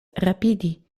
rapidi